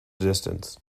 distance